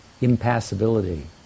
Impassibility